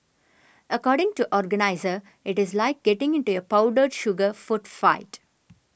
according to organiser it is like getting into a powdered sugar food fight